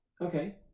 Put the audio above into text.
Okay